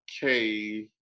K-